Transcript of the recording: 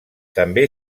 també